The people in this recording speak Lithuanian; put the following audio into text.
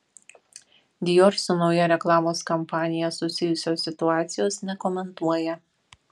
dior su nauja reklamos kampanija susijusios situacijos nekomentuoja